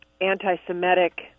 anti-Semitic